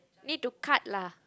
need to cut lah